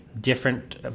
different